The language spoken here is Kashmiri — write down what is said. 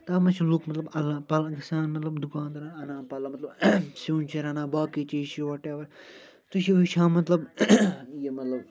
تتھ منٛز چھِ لوٗکھ مطلب اَلن پَلن گژھان مطلب دُکان دارن اَنان پلو مطلب سِیُن چھِ رَنان باقٕے چیٖز چھِ وَٹ ایوٚوَر تُہۍ چھِو وُچھان مطلب یہِ مطلب